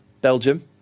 Belgium